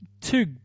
two